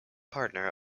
partner